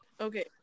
Okay